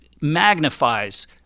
magnifies